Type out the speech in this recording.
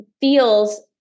feels